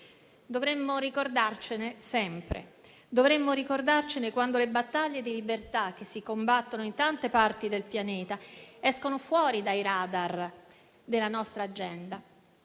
Dovremmo ricordarcene sempre. Dovremmo ricordarcene quando le battaglie di libertà che si combattono in tante parti del Pianeta escono fuori dai radar della nostra agenda;